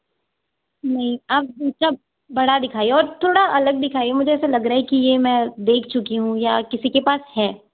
नहीं आप ऊंचा बड़ा दिखाइए और थोड़ा अलग दिखाइए मुझे ऐसा लग रहा है कि ये मैं देख चुकी हूं या किसी के पास है